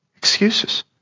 excuses